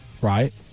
Right